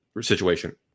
situation